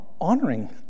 honoring